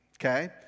okay